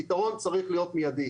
הפתרון צריך להיות מיידי.